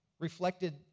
reflected